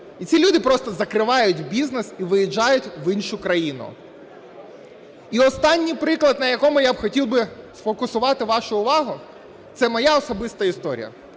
і ці люди просто закривають бізнес і виїжджають в іншу країну. І останній приклад, на якому я б хотів би сфокусувати вашу увагу, це моя особиста історія.